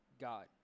God